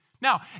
Now